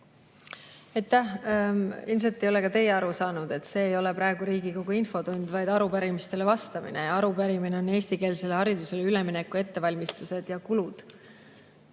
Aitäh! Ilmselt ei ole ka teie aru saanud, et see ei ole praegu Riigikogu infotund, vaid arupärimisele vastamine. Ja arupärimine on eestikeelsele haridusele ülemineku ettevalmistuste ja kulude